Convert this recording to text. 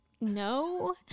No